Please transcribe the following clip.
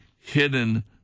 hidden